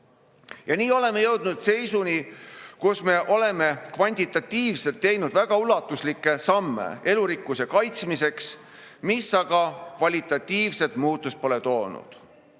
Nii oleme jõudnud seisuni, kus me oleme kvantitatiivselt teinud väga ulatuslikke samme elurikkuse kaitsmiseks, mis aga kvalitatiivset muutust pole toonud.